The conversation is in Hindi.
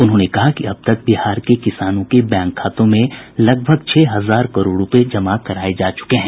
उन्होंने कहा कि अब तक बिहार के किसानों के बैंक खातों में लगभग छह हजार करोड़ जमा कराये जा चुके हैं